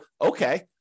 okay